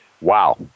wow